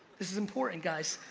this is important, guys.